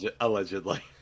Allegedly